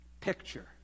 Picture